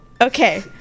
Okay